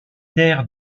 terres